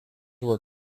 were